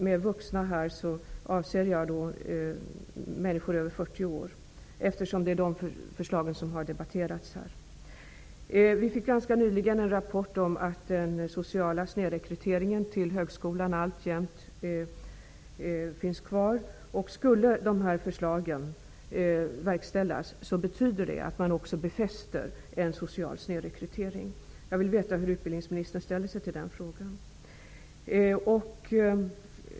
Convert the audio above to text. Med vuxna avser jag här människor över 40 år, eftersom det är dem som de debatterade förslagen berör. Ganska nyligen kom en rapport om att den sociala snedrekryteringen till högskolan alltjämt finns kvar. Skulle de här förslagen verkställas, betyder det att man också befäster en social snedrekrytering. Jag vill veta hur utbildningsministern ställer sig i den frågan.